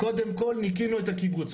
קודם כל ניקינו את הקיבוץ.